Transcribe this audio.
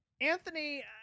Anthony